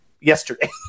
Yesterday